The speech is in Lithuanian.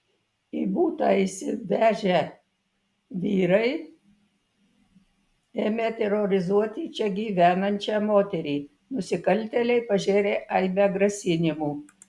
į butą įsivežę vyrai ėmė terorizuoti čia gyvenančią moterį nusikaltėliai pažėrė aibę grasinimų